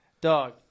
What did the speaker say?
Dog